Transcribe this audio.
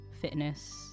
fitness